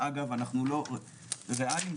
אנחנו ריאליים,